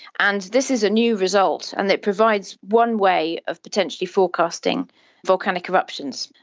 and this is a new result and it provides one way of potentially forecasting volcanic eruptions.